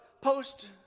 post